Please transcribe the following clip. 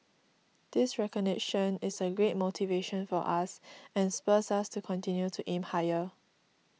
this recognition is a great motivation for us and spurs us to continue to aim higher